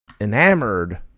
enamored